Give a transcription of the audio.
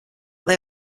they